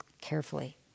carefully